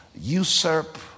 usurp